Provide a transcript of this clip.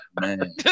man